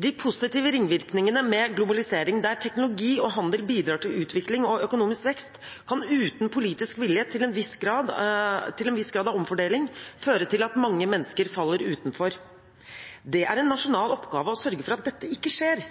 De positive ringvirkningene med globalisering, der teknologi og handel bidrar til utvikling og økonomisk vekst, kan uten politisk vilje til en viss grad av omfordeling føre til at mange mennesker faller utenfor. Det er en nasjonal oppgave å sørge for at dette ikke skjer.